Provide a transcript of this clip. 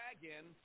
dragon